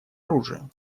оружия